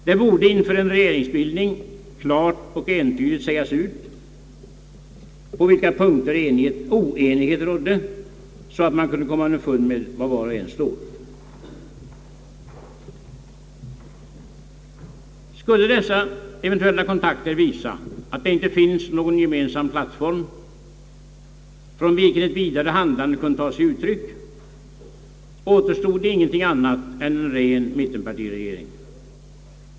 Det borde inför en regeringsbildning klart och entydigt sägas ut på vilka punkter oenighet råder, så att man kunde komma underfund med var var och en står, Skulle dessa eventuella kontakter visa, att det inte finns någon gemensam plattform, från vilken ett vidare handlande kunde ta sig uttryck, återstod ingenting annat än en ren mittenpartiregering.